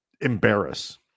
embarrass